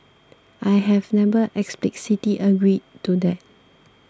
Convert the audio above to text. I have never explicitly agreed to that